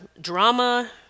drama